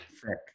frick